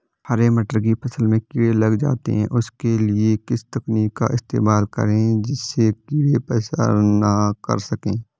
हरे मटर की फसल में कीड़े लग जाते हैं उसके लिए किस तकनीक का इस्तेमाल करें जिससे कीड़े परेशान ना कर सके?